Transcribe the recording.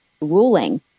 ruling